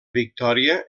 victòria